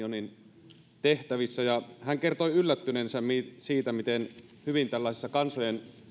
aloittanut euroopan unionin tehtävissä ja hän kertoi yllättyneensä siitä miten hyvin tällaisessa kansojen